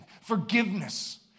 forgiveness